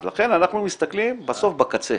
אז לכן אנחנו מסתכלים בסוף בקצה,